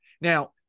Now